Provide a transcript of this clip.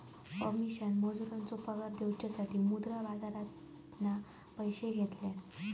अमीषान मजुरांचो पगार देऊसाठी मुद्रा बाजारातना पैशे घेतल्यान